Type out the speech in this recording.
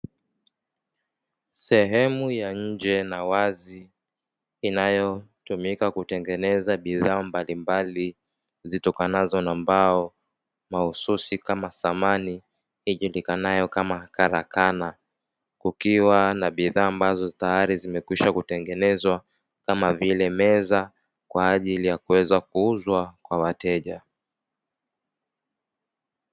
Sehemu ya nje na wazi inayotumika kutengeneza bidhaa mbalimbali zitokanazo na mbao mahususi kama samani ijulikanayo kama karakana kukiwa na bidhaa ambazo tayari zimekwisha kutengenezwa kama vile meza kwa ajili ya kuweza kuuzwa kwa wateja.